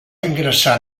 ingressar